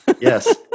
Yes